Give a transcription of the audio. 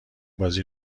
بازی